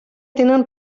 tenen